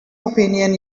opinion